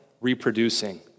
reproducing